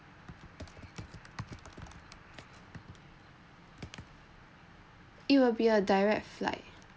it will be a direct flight